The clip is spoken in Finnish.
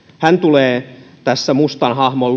hän tulee mustan hahmon